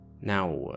Now